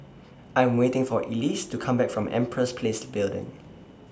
I Am waiting For Elyse to Come Back from Empress Place Building